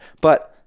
But-